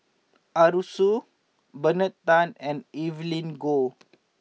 Arasu Bernard Tan and Evelyn Goh